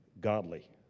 godly